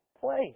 place